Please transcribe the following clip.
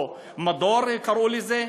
או מדור, קראו לזה,